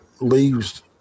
leaves